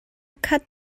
khat